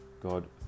God